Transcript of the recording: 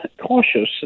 cautious